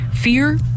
fear